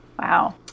Wow